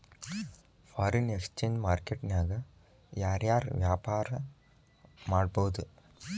Foreign exchange market ನ್ಯಾಗ ಯಾರ್ ಯಾರ್ ವ್ಯಾಪಾರಾ ಮಾಡ್ಬೊದು?